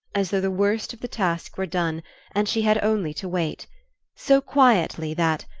as though the worst of the task were done and she had only to wait so quietly that,